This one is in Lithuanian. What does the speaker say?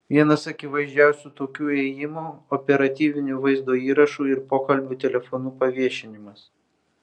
vienas akivaizdžiausių tokių ėjimų operatyvinių vaizdo įrašų ir pokalbių telefonu paviešinimas